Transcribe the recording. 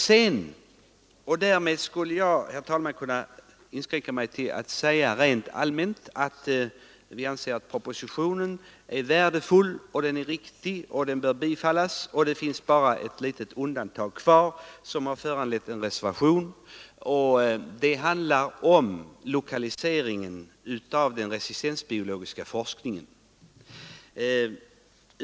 Sedan skulle jag kunna inskränka mig till att säga rent allmänt att vi anser att propositionen är värdefull och riktig och att den bör bifallas. Det finns bara ett litet undantag kvar, som har föranlett en reservation. Den handlar om lokaliseringen av den resistensbiologiska forskningen.